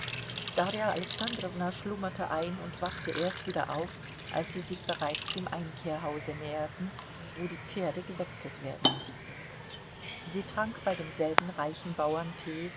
darja alexandrowna schlummerte ein und wachte erst wieder auf als sie sich bereits dem einkehrhause näherten wo die pferde gewechselt werden mußten sie trank bei demselben reichen bauern tee